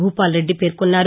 భూపాల్ రెడ్డి పేర్కొన్నారు